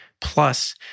plus